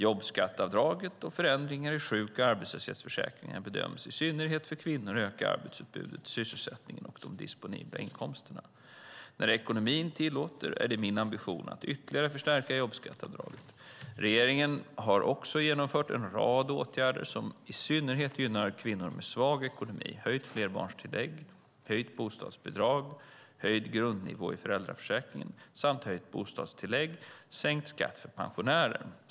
Jobbskatteavdraget och förändringarna i sjuk och arbetslöshetsförsäkringarna bedöms, i synnerhet för kvinnor, öka arbetsutbudet, sysselsättningen och de disponibla inkomsterna. När ekonomin tillåter är det min ambition att ytterligare förstärka jobbskatteavdraget. Regeringen har också genomfört en rad åtgärder som i synnerhet gynnar kvinnor med svag ekonomi: höjt flerbarnstillägg, höjt bostadsbidrag, höjd grundnivå i föräldraförsäkringen samt höjt bostadstillägg och sänkt skatt för pensionärer.